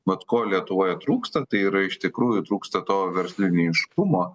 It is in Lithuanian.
vat ko lietuvoje trūksta tai yra iš tikrųjų trūksta to verslininkiškumo